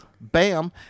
Bam